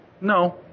No